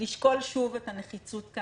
לשקול שוב את הנחיצות.